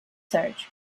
search